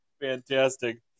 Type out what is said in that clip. Fantastic